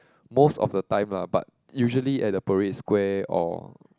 most of the time lah but usually at the Parade Square or